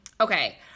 Okay